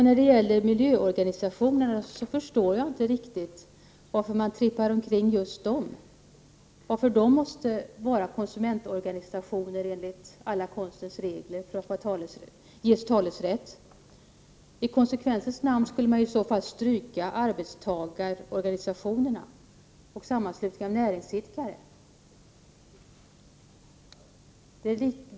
När det gäller miljöorganisationerna förstår jag inte riktigt varför man trippar omkring just dem och varför de måste vara konsumentorganisationer enligt konstens alla regler för att ges talerätt. I konsekvensens namn skulle man i så fall stryka arbetstagarorganisationerna och sammanslutningar av näringsidkare.